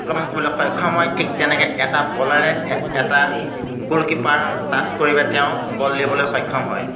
আক্ৰমণ কৰিবলৈ সক্ষম হয় ঠিক তেনেকৈ এটা বলাৰে এটা গোলকিপাৰক টাচ কৰিব তেওঁ গ'ল দিবলৈ সক্ষম হয়